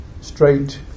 straight